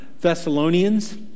Thessalonians